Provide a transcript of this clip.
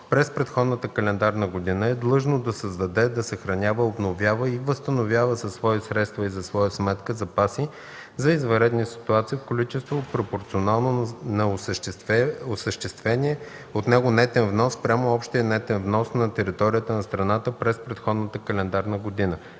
през предходната календарна година, е длъжно да създаде, да съхранява, обновява и възстановява със свои средства и за своя сметка запаси за извънредни ситуации в количество, пропорционално на осъществения от него нетен внос спрямо общия нетен внос на територията на страната през предходната календарна година.